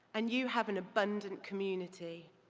and you have an abundant community.